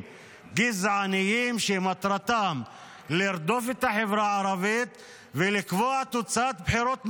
גזעניים שמטרתם לרדוף את החברה הערבית ולקבוע תוצאת בחירות מראש.